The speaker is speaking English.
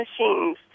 machines